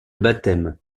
baptême